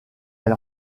elle